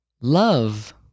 love